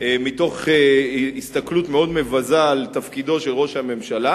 מתוך הסתכלות מאוד מבזה על תפקידו של ראש הממשלה,